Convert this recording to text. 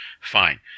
Fine